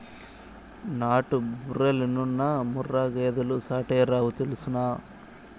నాటు బర్రెలెన్నున్నా ముర్రా గేదెలు సాటేరావు తెల్సునా